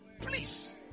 Please